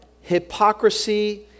hypocrisy